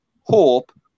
hope